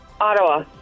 Ottawa